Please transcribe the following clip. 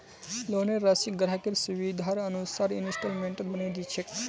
लोनेर राशिक ग्राहकेर सुविधार अनुसार इंस्टॉल्मेंटत बनई दी छेक